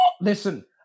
Listen